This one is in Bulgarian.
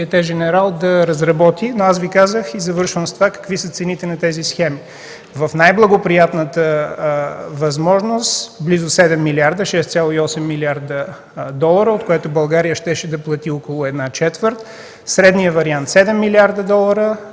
женерал” да разработи. Но аз Ви казах, и завършват с това, какви са цените на тези схеми: в най-благоприятната възможност – близо 7 милиарда, 6,8 млрд. долара, от които България щеше да плати около една четвърт; средният вариант – 7 млрд. долара;